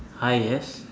hi yes